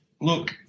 Look